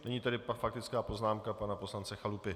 Nyní tedy faktická poznámka pana poslance Chalupy.